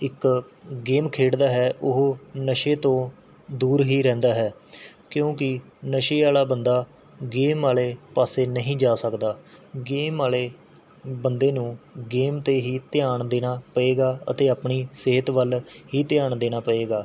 ਇੱਕ ਗੇਮ ਖੇਡਦਾ ਹੈ ਉਹ ਨਸ਼ੇ ਤੋਂ ਦੂਰ ਹੀ ਰਹਿੰਦਾ ਹੈ ਕਿਉਂਕਿ ਨਸ਼ੇ ਵਾਲ਼ਾ ਬੰਦਾ ਗੇਮ ਵਾਲ਼ੇ ਪਾਸੇ ਨਹੀਂ ਜਾ ਸਕਦਾ ਗੇਮ ਵਾਲ਼ੇ ਬੰਦੇ ਨੂੰ ਗੇਮ 'ਤੇ ਹੀ ਧਿਆਨ ਦੇਣਾ ਪਵੇਗਾ ਅਤੇ ਆਪਣੀ ਸਿਹਤ ਵੱਲ ਹੀ ਧਿਆਨ ਦੇਣਾ ਪਵੇਗਾ